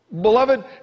Beloved